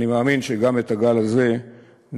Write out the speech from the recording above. אני מאמין שגם את הגל הזה ננצח.